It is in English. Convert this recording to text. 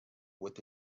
with